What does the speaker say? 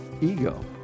ego